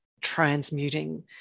transmuting